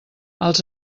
els